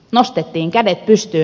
nostettiin kädet pystyyn